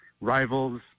rivals